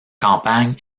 campagne